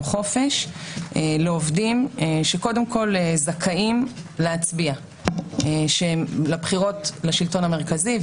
חופש לעובדים שקודם כול זכאים להצביע לבחירות לשלטון המרכזי,